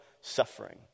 suffering